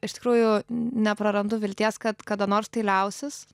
iš tikrųjų neprarandu vilties kad kada nors tai liausis